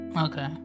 Okay